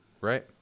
right